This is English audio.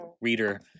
reader